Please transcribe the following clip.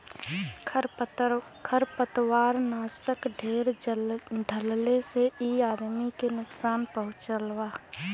खरपतवारनाशक ढेर डलले से इ आदमी के नुकसान पहुँचावला